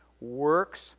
works